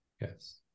yes